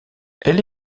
elle